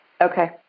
Okay